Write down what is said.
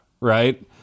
Right